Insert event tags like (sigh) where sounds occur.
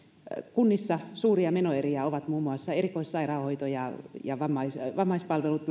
kunnissa suuria menoeriä ovat muun muassa erikoissairaanhoito vammaispalvelut (unintelligible)